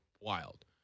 wild